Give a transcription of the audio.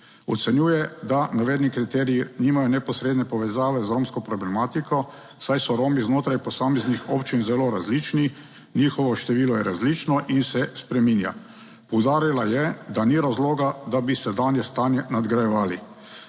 Ocenjuje, da navedeni kriteriji nimajo neposredne povezave z romsko problematiko, saj so Romi znotraj posameznih občin zelo različni, njihovo število je različno in se spreminja. Poudarila je, da ni razloga, da bi sedanje stanje nadgrajevali.